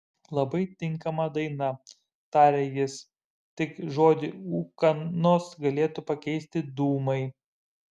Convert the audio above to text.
labai tinkama daina tarė jis tik žodį ūkanos galėtų pakeisti dūmai